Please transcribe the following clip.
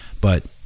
But-